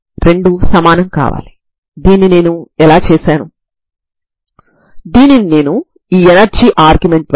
ఈ విధంగా మీరు పరిష్కారాన్ని సరళీకరీంచవచ్చు సరేనా